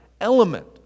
element